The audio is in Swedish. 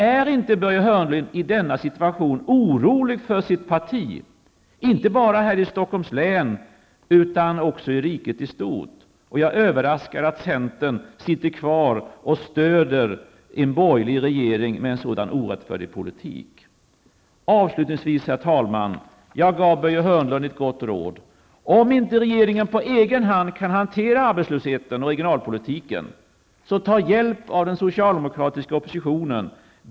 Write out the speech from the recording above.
Är inte Börje Hörnlund i denna situation orolig för sitt parti, inte bara här i Stockholms län utan också i riket i stort? Jag är överraskad över att centern sitter kvar och stöder en borgerlig regering med en så orättfärdig politik. Avslutningsvis, herr talman, gav jag Börje Hörnlund ett gott råd. Om inte regeringen på egen hand kan hantera arbetslösheten och regionalpolitiken, bör den ta hjälp av den socialdemokratiska oppositionen.